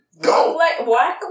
Go